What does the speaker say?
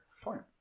point